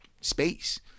space